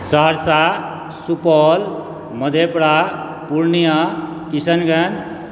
Saharsa Supaul Madhepura Purnia Kishanganj